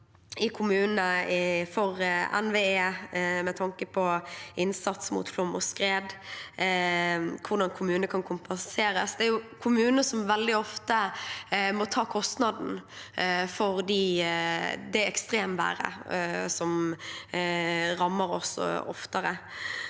anbefaling fra NVE med tanke på innsats mot flom og skred og hvordan kommunene kan kompenseres. Det er kommunene som veldig ofte må ta kostnaden for det ekstremværet som rammer oss oftere.